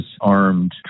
armed